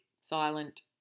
silent